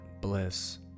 bliss